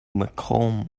malcolm